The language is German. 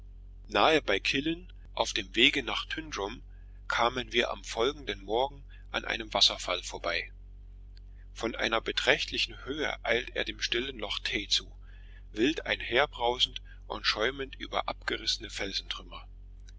nahe bei killin auf dem wege nach tyndrum kamen wir am folgenden morgen an einem wasserfall vorbei von einer beträchtlichen höhe eilt er dem stillen loch tay zu wild einherbrausend und schäumend über abgerissene